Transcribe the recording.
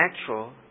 natural